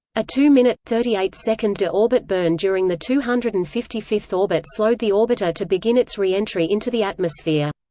a two minute, thirty eight second de-orbit burn during the two hundred and fifty fifth orbit slowed the orbiter to begin its re-entry into the atmosphere.